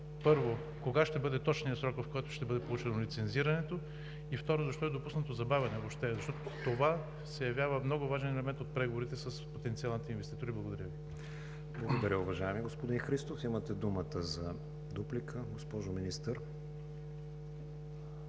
първо, кога ще бъде точният срок, в който ще бъде получено лицензирането, и второ, защо въобще е допуснато забавяне, защото това се явява много важен елемент от преговорите с потенциалните инвеститори? Благодаря Ви. ПРЕДСЕДАТЕЛ КРИСТИАН ВИГЕНИН: Благодаря Ви, уважаеми господин Христов. Имате думата за дуплика, госпожо Министър.